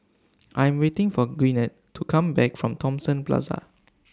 I Am waiting For Gwyneth to Come Back from Thomson Plaza